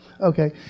Okay